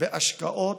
בהשקעות,